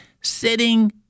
sitting